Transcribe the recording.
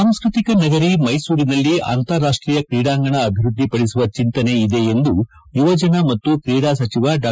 ಸಾಂಸ್ಟಕಿಕ ಮೈಸೂರಿನಲ್ಲಿ ಅಂತಾರಾಷ್ಟೀಯ ಕ್ರೀಡಾಂಗಣ ಆಭಿವೃದ್ಧಿ ಪಡಿಸುವ ಚಂತನೆ ಇದೆ ಎಂದು ಯುವಜನ ಮತ್ತು ಕ್ರೀಡಾ ಸಚಿವ ಡಾ